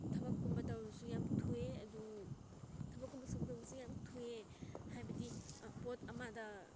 ꯊꯕꯛꯀꯨꯝꯕ ꯇꯧꯔꯁꯨ ꯌꯥꯝ ꯊꯨꯏꯌꯦ ꯑꯗꯨ ꯊꯕꯛꯀꯨꯝꯕ ꯁꯨꯕꯗꯁꯨ ꯌꯥꯝ ꯊꯨꯏꯌꯦ ꯍꯥꯏꯕꯗꯤ ꯄꯣꯠ ꯑꯃꯗ